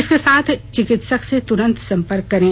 इसके साथ चिकित्सक से तुरंत संपर्क करें